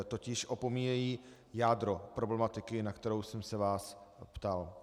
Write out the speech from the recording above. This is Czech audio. Totiž opomíjejí jádro problematiky, na kterou jsem se vás ptal.